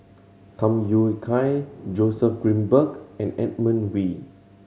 Tham Yui Kai Joseph Grimberg and Edmund Wee